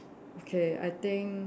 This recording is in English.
okay I think